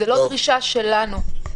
זו לא דרישה שלנו.